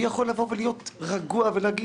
מי יכול להיות רגוע ולהגיד